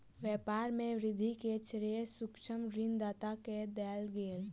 व्यापार में वृद्धि के श्रेय सूक्ष्म ऋण दाता के देल गेल